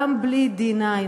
גם בלי D9,